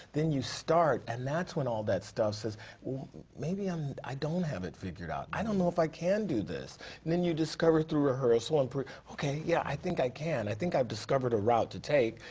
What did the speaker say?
then you start and that's when all that stuff says maybe i'm, i don't have it figured out. i don't know if i can do this and then you discover through rehearsal and per, okay, yeah, i think i can, i think i've discovered a route to take.